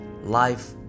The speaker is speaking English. life